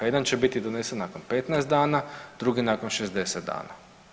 Jedan će biti donesen nakon 15 dana, drugi nakon 60 dana.